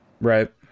Right